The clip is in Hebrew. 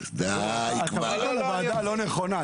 אתה באת לוועדה הלא נכונה.